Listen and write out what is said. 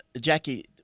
Jackie